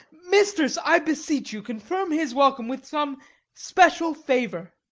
mistress, i beseech you confirm his welcome with some special favour.